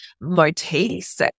motifs